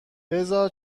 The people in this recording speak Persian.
بذار